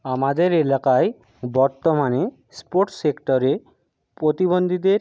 আমাদের এলাকায় বর্তমানে স্পোর্টস সেক্টরে প্রতিবন্ধীদের